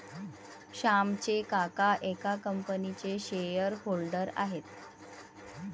श्यामचे काका एका कंपनीचे शेअर होल्डर आहेत